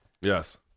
Yes